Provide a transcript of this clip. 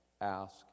ask